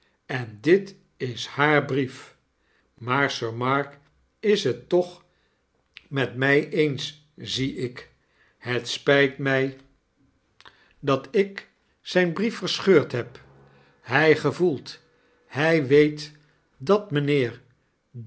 en dit is haar brief maar sir mark is het toch met mij eens zie ik het spyt my dat ik zijn brief verscheurd heb hy gevoelt hy weet dat mynheer